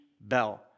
Bell